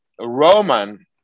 Roman